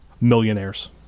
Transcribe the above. Millionaires